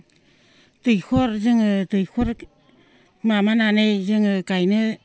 दैखर जोङो दैखर माबानानै जोङो गायनो